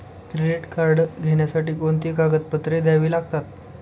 Credit card घेण्यासाठी कोणती कागदपत्रे घ्यावी लागतात?